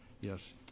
Yes